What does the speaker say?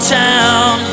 town